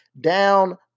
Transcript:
down